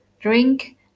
drink